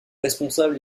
responsable